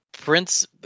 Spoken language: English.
prince